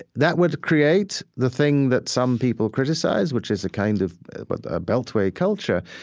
that would create the thing that some people criticize, which is a kind of but a beltway culture,